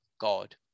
God